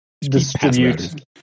distribute